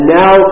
now